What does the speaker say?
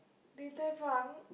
Din Tai Fung